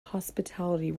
hospitality